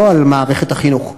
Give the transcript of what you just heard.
לא על מערכת החינוך.